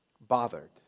bothered